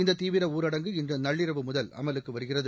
இந்த தீவிர ஊரடங்கு இன்று நள்ளிரவு முதல் அமலுக்கு வருகிறது